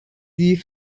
die